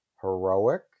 heroic